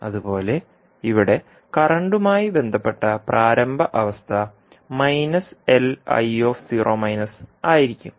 അതുപോലെ ഇവിടെ കറൻറുമായി ബന്ധപ്പെട്ട പ്രാരംഭ അവസ്ഥ ആയിരിക്കും